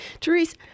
Therese